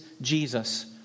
Jesus